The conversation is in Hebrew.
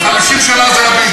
אין להם תקווה.